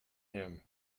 him